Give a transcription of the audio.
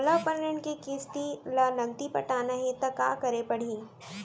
मोला अपन ऋण के किसती ला नगदी पटाना हे ता का करे पड़ही?